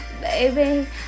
Baby